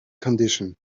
condition